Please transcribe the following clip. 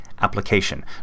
application